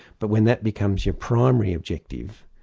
but when that becomes your primary objective,